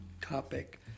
topic